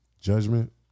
Judgment